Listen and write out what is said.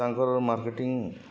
ତାଙ୍କର ମାର୍କେଟିଂ